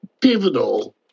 pivotal